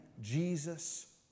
Jesus